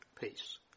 peace